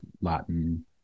Latin